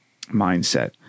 mindset